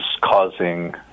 causing